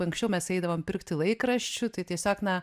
anksčiau mes eidavom pirkti laikraščių tai tiesiog na